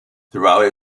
throughout